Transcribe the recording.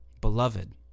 beloved